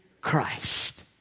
Christ